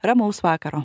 ramaus vakaro